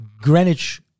Greenwich